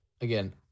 again